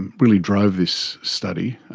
and really drove this study.